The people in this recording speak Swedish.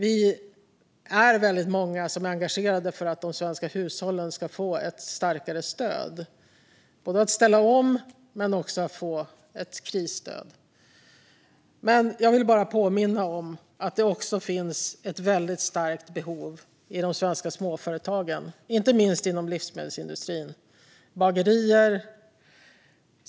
Vi är väldigt många som är engagerade för att de svenska hushållen ska få ett starkare stöd. Det handlar om omställning men också om krisstöd. Jag vill ändå bara påminna om att det också finns ett väldigt starkt behov i de svenska småföretagen, inte minst inom livsmedelsindustrin.